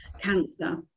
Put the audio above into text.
cancer